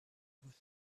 بود